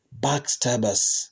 backstabbers